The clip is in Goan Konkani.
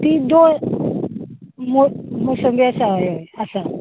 ती दोन मो मोसंबी आसा होय होय आसा